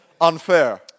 unfair